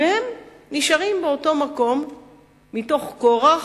והם נשארים באותו מקום מתוך כורח,